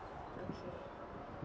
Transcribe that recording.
okay